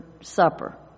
supper